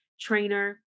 trainer